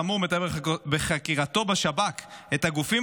סמור מתאר בחקירתו בשב"כ את הגופים